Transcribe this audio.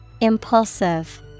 Impulsive